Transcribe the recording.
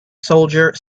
soldier